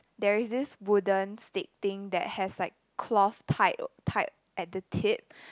there is this wooden stick thing that has like cloth tied tied at the tip